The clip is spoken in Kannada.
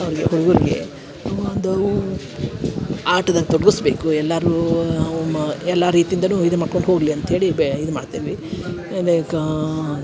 ಅವ್ರ್ಗೆ ಹುಡ್ಗುರಿಗೆ ಒಂದು ಆಟದಾಗ ತೊಡ್ಗುಸಬೇಕು ಎಲ್ಲಾರ್ನೂ ಓ ಮಾ ಎಲ್ಲಾ ರೀತಿಯಿಂದನು ಇದು ಮಾಡ್ಕೊಂಡು ಹೋಗಲಿ ಅಂತೇಳಿ ಬೆ ಇದು ಮಾಡ್ತೇವಿ ಲೈಕಾ